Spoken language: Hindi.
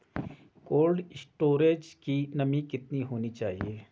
कोल्ड स्टोरेज की नमी कितनी होनी चाहिए?